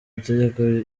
itegeko